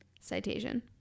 citation